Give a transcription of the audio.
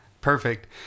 Perfect